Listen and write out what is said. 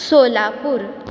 Solapur